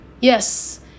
Yes